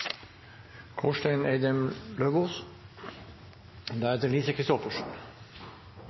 Kårstein Eidem Løvaas